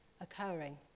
occurring